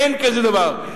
אין כזה דבר.